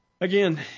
again